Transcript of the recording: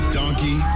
donkey